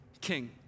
King